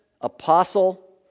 apostle